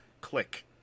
Click